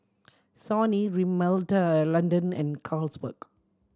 Sony Rimmel London and Carlsberg